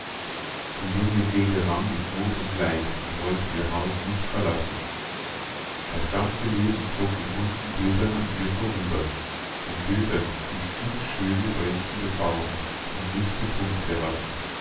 die junge seele rang in not und leid und wollte ihr haus nicht verlassen das ganze leben zog in bunten bildern an ihr vorüber in bildern die viel schöne leuchtende farben und lichte punkte hatten